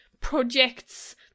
projects